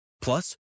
Plus